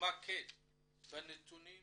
נתמקד בנתונים